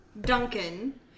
Duncan